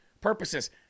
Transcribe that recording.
purposes